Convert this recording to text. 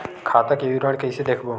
खाता के विवरण कइसे देखबो?